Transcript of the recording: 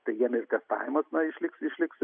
tai jiem ir testavimas na išliks išliks